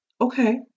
okay